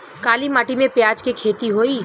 काली माटी में प्याज के खेती होई?